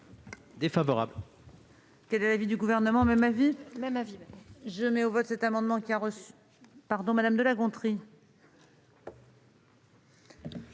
Défavorable.